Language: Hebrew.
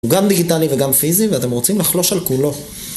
הוא גם דיגיטלי וגם פיזי, ואתם רוצים לחלוש על כולו.